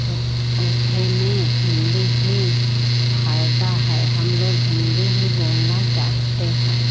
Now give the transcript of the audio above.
उत उठे में हिन्दी ही फ़ायदा है हम लोग हिन्दी ही बोलना चाहते हैं